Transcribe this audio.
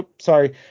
sorry